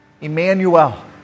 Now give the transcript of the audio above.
Emmanuel